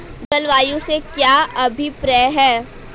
जलवायु से क्या अभिप्राय है?